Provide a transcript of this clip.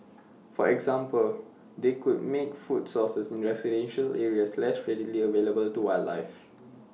for example they could make food sources in residential areas less readily available to wildlife